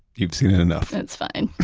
you've seen it enough that's fine